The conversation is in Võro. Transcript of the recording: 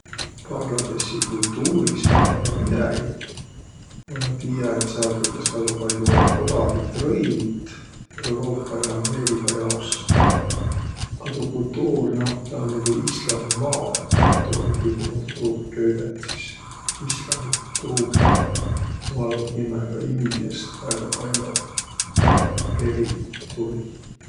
Bangladeshi kultuurist ma ei tiiäq midägi, a ma tiiä, et sääl tetäs väega pall'o odavit rõivit Euruupa ja Ameeriga jaos. A tuu kultuur, noh, taa um nigu Islamimaa, nii et tuu um kuigimuudu tuuga köüdet sis, islami kultuur. Samal aol kimmähe ka Indiast väega pall'o peri kultuurih.